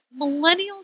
millennials